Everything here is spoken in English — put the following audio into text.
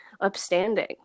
upstanding